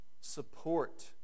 support